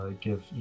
give